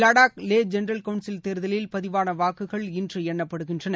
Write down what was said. Ladakh Leh general council தேர்தலில் பதிவான வாக்குகள் இன்று எண்ணப்படுகின்றன